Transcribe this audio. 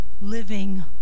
living